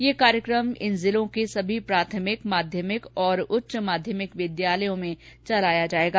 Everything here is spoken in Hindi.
यह कार्यक्रम इन जिलों के सभी प्राथमिक माध्यमिक और उच्च माध्यमिक विद्यालयों में चलाया जाएगा